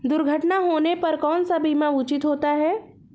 दुर्घटना होने पर कौन सा बीमा उचित होता है?